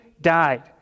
died